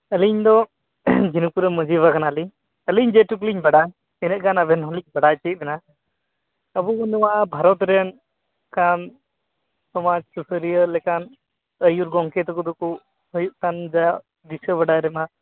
ᱟᱹᱞᱤᱧ ᱫᱚ ᱡᱷᱤᱱᱩᱠᱯᱩᱨ ᱨᱮᱱ ᱢᱟᱺᱡᱷᱤ ᱵᱟᱵᱟ ᱠᱟᱱᱟᱞᱤᱧ ᱟᱹᱞᱤᱧ ᱡᱮ ᱴᱩᱠᱩᱞᱤᱧ ᱵᱟᱰᱟᱭ ᱤᱱᱟᱹᱜ ᱜᱟᱱ ᱟᱵᱮᱱ ᱦᱚᱸᱞᱤᱧ ᱵᱟᱰᱟᱭ ᱦᱚᱪᱚᱭᱮᱫ ᱵᱮᱱᱟ ᱟᱵᱚ ᱱᱚᱣᱟ ᱵᱷᱟᱨᱚᱛ ᱨᱮᱱ ᱚᱱᱠᱟᱱ ᱥᱚᱢᱟᱡᱽ ᱥᱩᱥᱟᱹᱨᱤᱭᱟᱹ ᱞᱮᱠᱟᱱ ᱟᱹᱭᱩᱨ ᱜᱚᱢᱠᱮ ᱛᱟᱠᱚ ᱫᱚᱠᱚ ᱦᱩᱭᱩᱜ ᱠᱟᱱ ᱜᱮᱭᱟ ᱫᱤᱥᱟᱹ ᱵᱟᱰᱟᱭ ᱨᱮᱢᱟ